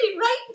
right